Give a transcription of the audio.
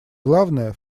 главное